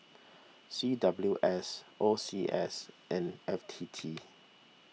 C W S O C S and F T T